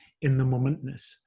in-the-momentness